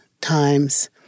times